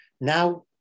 Now